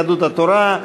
יהדות התורה.